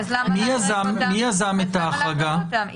מי יזם את ההחרגה הזאת?